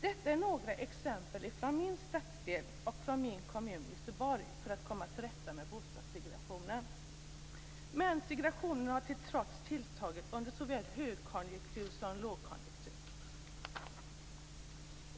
Detta är några exempel från min stadsdel och från min kommun, Göteborg, på vad man har gjort för att komma till rätta med bostadssegregationen. Segregationen har trots detta tilltagit under såväl högkonjunktur som lågkonjunktur.